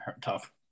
tough